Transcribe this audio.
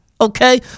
okay